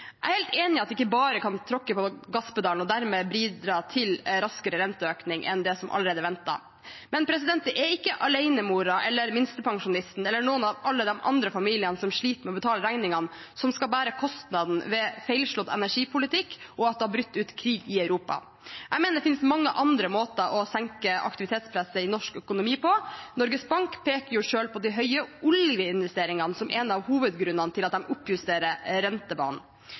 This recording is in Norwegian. Jeg er helt enig i at vi ikke bare kan tråkke på gasspedalen og dermed bidra til raskere renteøkning enn det som allerede er ventet, men det er ikke alenemoren, minstepensjonisten eller noen av alle de andre familiene som sliter med å betale regningene, som skal bære kostnaden ved feilslått energipolitikk og at det har brutt ut krig i Europa. Jeg mener det finnes mange andre måter å senke aktivitetspresset i norsk økonomi på. Norges Bank peker selv på de høye oljeinvesteringene som en av hovedgrunnene til at de oppjusterer rentebanen.